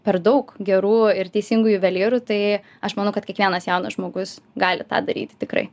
per daug gerų ir teisingų juvelyrų tai aš manau kad kiekvienas jaunas žmogus gali tą daryti tikrai